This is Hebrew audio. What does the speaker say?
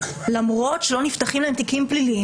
למרות שלא נפתחים להם תיקים פליליים.